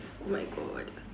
where got